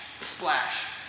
splash